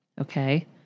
Okay